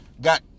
got